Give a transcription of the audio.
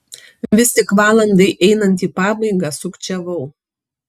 vis tik valandai einant į pabaigą sukčiavau